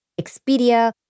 Expedia